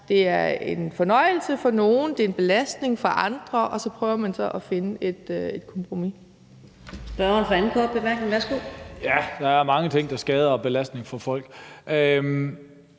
det er en fornøjelse for nogle og en belastning for andre, og så prøver vi at finde et kompromis.